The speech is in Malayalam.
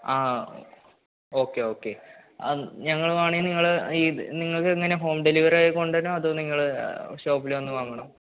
ആ ഓക്കെ ഓക്കെ ഞങ്ങള് വേണമെങ്കില് നിങ്ങള് നിങ്ങള്ക്ക് എങ്ങനെയാണ് ഹോം ഡെലിവറിയായി കൊണ്ടുവരണോ അതോ നിങ്ങള് ഷോപ്പില് വന്ന് വാങ്ങുകയാണോ